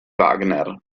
wagner